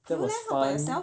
that was fun